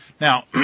Now